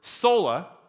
sola